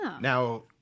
now